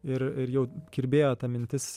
ir ir jau kirbėjo mintis